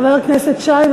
חבר הכנסת שי,